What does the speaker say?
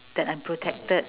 that I'm protected